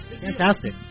Fantastic